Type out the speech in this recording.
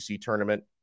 tournament